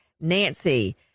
Nancy